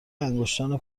انگشتان